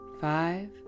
five